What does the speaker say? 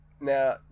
now